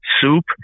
soup